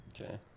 Okay